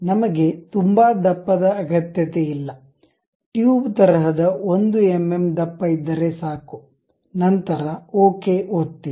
ನಮಗೆ ತುಂಬಾ ದಪ್ಪದ ಅಗತ್ಯತೆ ಇಲ್ಲ ಟ್ಯೂಬ್ ತರಹದ 1 ಎಂಎಂ ದಪ್ಪ ಇದ್ದರೆ ಸಾಕು ನಂತರ ಓಕೆ ಒತ್ತಿ